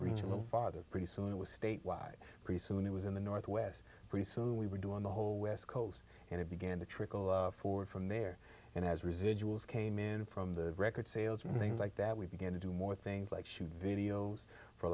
reach a little farther pretty soon it was state wide pretty soon it was in the northwest pretty soon we were doing the whole west coast and it began to trickle forward from there and as residuals came in from the record sales from things like that we began to do more things like shoot videos for